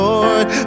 Lord